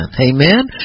Amen